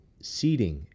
seating